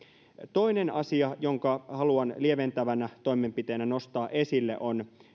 toinen asia jonka haluan lieventävänä toimenpiteenä nostaa esille on